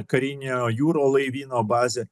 karinio jūro laivyno bazė